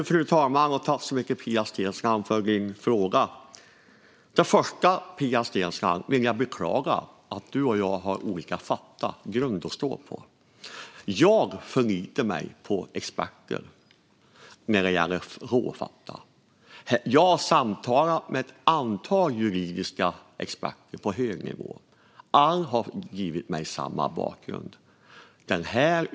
Fru talman! Tack så mycket, Pia Steensland, för din fråga! Först och främst, Pia Steensland, vill jag beklaga att du och jag har olika faktagrund att stå på. Jag förlitar mig på experter när det gäller råfakta. Jag har samtalat med ett antal juridiska experter på hög nivå. Alla har givit mig samma bakgrund.